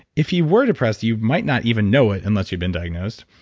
if you were depressed you might not even know it unless you've been diagnosed.